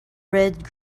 red